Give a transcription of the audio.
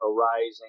arising